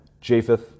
Japheth